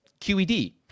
QED